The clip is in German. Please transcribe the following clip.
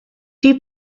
die